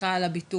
סליחה על הביטוי,